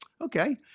Okay